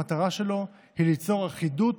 המטרה שלהן היא ליצור אחידות,